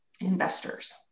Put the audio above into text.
investors